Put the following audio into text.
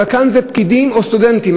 אבל כאן אלה פקידים או סטודנטים.